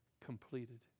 completed